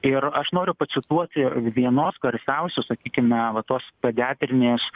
ir aš noriu pacituoti vienos garsiausių sakykime va tos pediatrinės